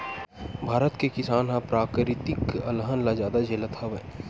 भारत के किसान ह पराकिरितिक अलहन ल जादा झेलत हवय